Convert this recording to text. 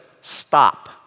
Stop